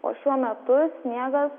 o šiuo metu sniegas